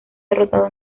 derrotado